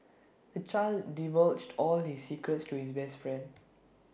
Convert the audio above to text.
the child divulged all his secrets to his best friend